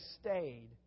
stayed